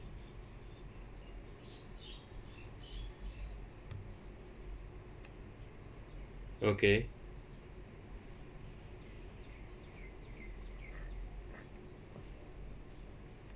okay